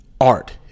art